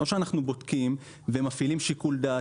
או שאנחנו בודקים ומפעילים שיקול דעת